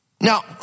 Now